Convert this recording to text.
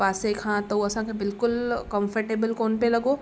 ऐं असांजे पासे खां त हू असांखे बिल्कुलु कम्फ़र्टेबल कोन्ह पियो लॻो